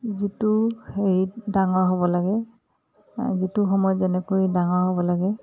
যিটো হেৰিত ডাঙৰ হ'ব লাগে যিটো সময়ত যেনেকৈ ডাঙৰ হ'ব লাগে